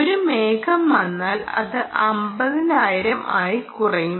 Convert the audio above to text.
ഒരു മേഘം വന്നാൽ അത് 50000 ആയി കുറയും